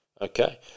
Okay